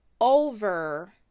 over